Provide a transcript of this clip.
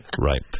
Right